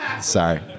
Sorry